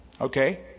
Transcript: Okay